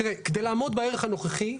תראה, כדי לעמוד בערך הנוכחי,